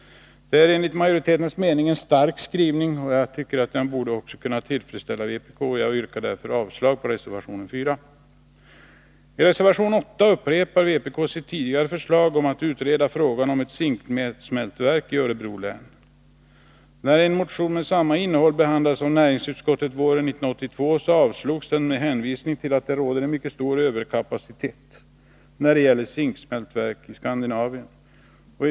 Detta är enligt majoritetens mening en stark skrivning, och jag tycker att den också borde kunna tillfredsställa vpk. Jag yrkar därför avslag på reservation 4. I reservation 8 upprepar vpk sitt tidigare förslag om att utreda frågan om ett zinksmältverk i Örebro län. När en motion med samma innehåll behandlades av näringsutskottet våren 1982 avslogs den med hänvisning till att det råder en mycket stor överkapacitet när det gäller zinksmältverk i Skandinavien.